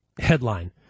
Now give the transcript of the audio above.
headline